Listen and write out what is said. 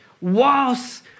Whilst